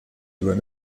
doit